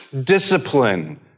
discipline